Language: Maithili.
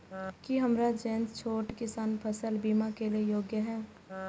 की हमर जैसन छोटा किसान फसल बीमा के लिये योग्य हय?